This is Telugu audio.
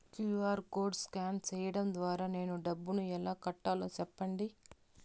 క్యు.ఆర్ కోడ్ స్కాన్ సేయడం ద్వారా నేను డబ్బును ఎలా కట్టాలో సెప్పండి?